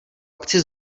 akci